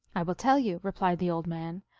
i will tell you, replied the old man.